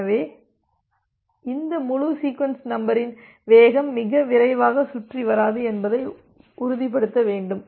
எனவே இந்த முழு சீக்வென்ஸ் நம்பரின் வேகம் மிக விரைவாக சுற்றி வராது என்பதை உறுதிப்படுத்த வேண்டும்